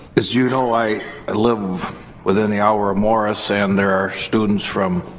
as you know, i i live within the hour of morris and there are students from